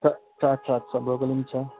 छ छ छ छ ब्रोकोली पनि छ